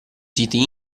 siti